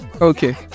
Okay